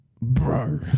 Bro